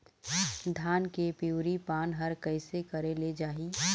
धान के पिवरी पान हर कइसे करेले जाही?